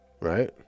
right